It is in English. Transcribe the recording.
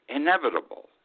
inevitable